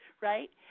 right